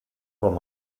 vom